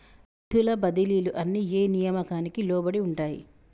నిధుల బదిలీలు అన్ని ఏ నియామకానికి లోబడి ఉంటాయి?